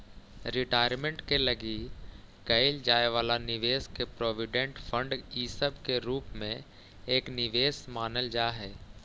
retirement के लगी कईल जाए वाला निवेश के प्रोविडेंट फंड इ सब के रूप में एक निवेश मानल जा हई